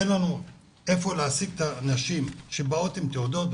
אין לנו איפה להעסיק את הנשים שיש להן תעודות.